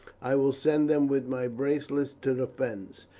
i will send them with my bracelet to the fens.